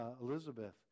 Elizabeth